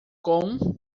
com